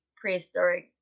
prehistoric